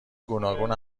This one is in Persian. گوناگون